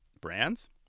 brands